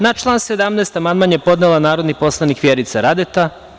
Na član 17. amandman je podnela narodni poslanik Vjerica Radeta.